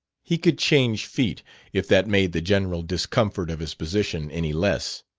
he could change feet if that made the general discomfort of his position any less.